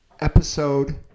episode